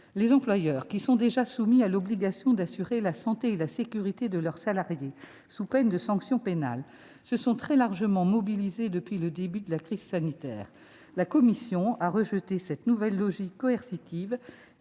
Les employeurs, qui sont déjà soumis à l'obligation d'assurer la santé et la sécurité de leurs salariés sous peine de sanctions pénales, se sont très largement mobilisés depuis le début de la crise sanitaire. La commission a rejeté cette nouvelle logique coercitive,